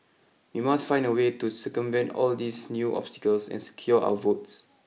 we must find a way to circumvent all these new obstacles and secure our votes